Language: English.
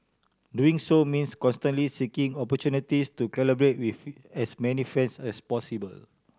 doing so means constantly seeking opportunities to collaborate with as many friends as possible